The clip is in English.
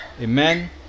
Amen